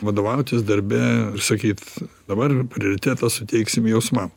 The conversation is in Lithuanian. vadovautis darbe sakyt dabar prioritetą suteiksim jausmam